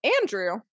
Andrew